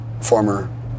former